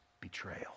betrayal